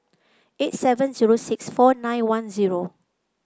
eight seven zero six four nine one zero